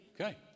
Okay